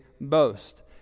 boast